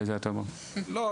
לא,